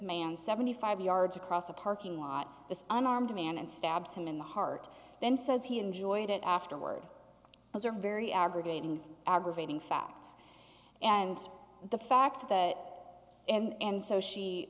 man seventy five yards across a parking lot the unarmed man and stabs him in the heart then says he enjoyed it afterward those are very aggravating aggravating facts and the fact that and so she